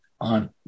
on